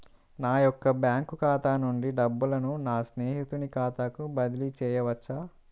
నా యొక్క బ్యాంకు ఖాతా నుండి డబ్బులను నా స్నేహితుని ఖాతాకు బదిలీ చేయవచ్చా?